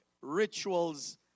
rituals